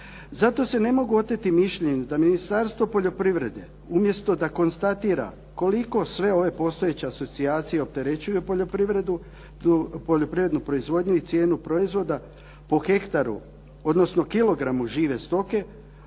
Zato se ne mogu oteti mišljenju da Ministarstvo poljoprivrede umjesto da konstatira koliko sve ove postojeće asocijacije opterećuju poljoprivrednu proizvodnju i cijenu proizvoda po hektaru, odnosno kilogramu žive stoke